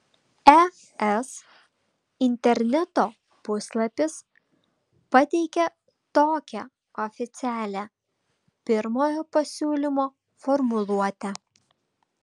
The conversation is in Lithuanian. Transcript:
es interneto puslapis pateikia tokią oficialią pirmojo pasiūlymo formuluotę